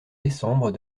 décembre